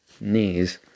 knees